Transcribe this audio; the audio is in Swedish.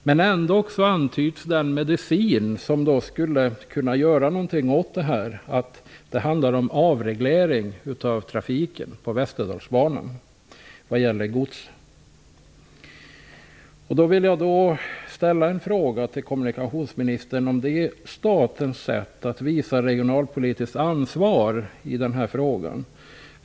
Men ändå antyds den medicin som skulle kunna göra någonting åt detta. Det handlar då om avreglering av godstrafiken på Västerdalsbanan. Jag vill därför ställa en fråga till kommunikationsministern om detta är statens sätt att ta regionalpolitiskt ansvar i den här frågan.